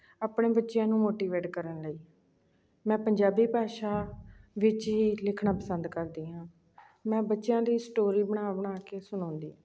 ਆਪਣੇ ਬੱਚਿਆਂ ਨੂੰ ਮੋਟੀਵੇਟ ਕਰਨ ਲਈ ਮੈਂ ਪੰਜਾਬੀ ਭਾਸ਼ਾ ਵਿੱਚ ਹੀ ਲਿਖਣਾ ਪਸੰਦ ਕਰਦੀ ਹਾਂ ਮੈਂ ਬੱਚਿਆਂ ਦੀ ਸਟੋਰੀ ਬਣਾ ਬਣਾ ਕੇ ਸੁਣਾਉਂਦੀ